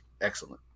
excellent